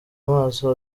amaso